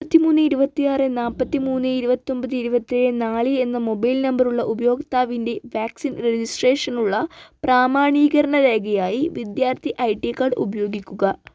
എഴുപത്തി മൂന്ന് ഇരുപത്തി ആറ് നാപ്പത്തി മൂന്ന് ഇരുപത്തി ഒമ്പത് ഇരുപത്തേഴ് നാല് എന്ന മൊബൈൽ നമ്പറുള്ള ഉപയോക്താവിന്റെ വാക്സിൻ രജിസ്ട്രേഷനുള്ള പ്രാമാണീകരണ രേഖയായി വിദ്യാർത്ഥി ഐ ടി കാർഡ് ഉപയോഗിക്കുക